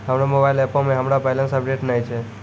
हमरो मोबाइल एपो मे हमरो बैलेंस अपडेट नै छै